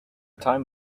time